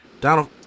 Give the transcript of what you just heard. Donald